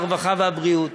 הרווחה והבריאות,